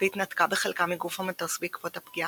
והיא התנתקה בחלקה מגוף המטוס בעקבות הפגיעה.